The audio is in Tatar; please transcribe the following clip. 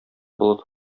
болыт